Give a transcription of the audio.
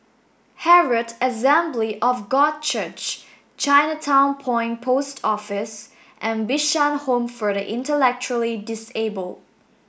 Herald Assembly of God Church Chinatown Point Post Office and Bishan Home for the Intellectually Disabled